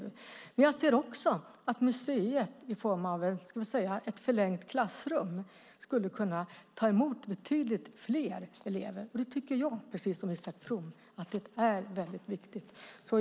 Museet i form av ett förlängt klassrum skulle kunna ta emot betydligt fler elever. Det tycker jag, precis som Isak From, är viktigt.